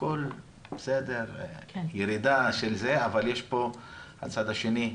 שהכול בסדר, ירידה של זה, אבל יש פה הצד השני,